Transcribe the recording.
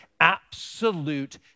absolute